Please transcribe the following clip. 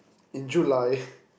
in July